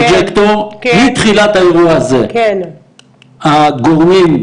מתחילת האירוע הזה הגורמים,